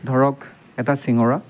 ধৰক এটা চিঙৰা